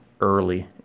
early